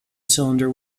cylinder